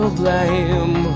blame